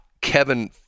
kevin